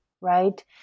right